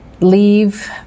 leave